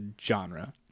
genre